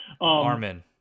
Armin